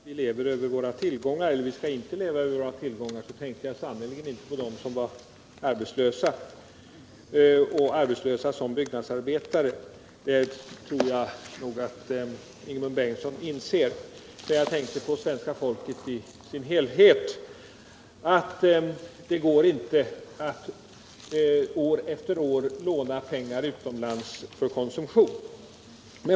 Herr talman! När jag talade om att vi inte skall leva över våra tillgångar så tänkte jag sannerligen inte på dem som är arbetslösa, t.ex. arbetslösa byggnadsarbetare. Det tror jag nog att Ingemund Bengtsson inser. Jag tänkte på svenska folket i dess helhet. Det går inte att år efter år låna pengar utomlands för konsumtion.